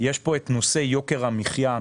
פה את נושא יוקר המחיה.